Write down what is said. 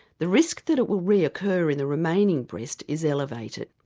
the risk that it would re occur in the remaining breast is elevated.